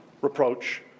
reproach